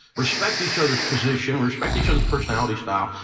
respect each other's position, respect each other's personality style,